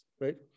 right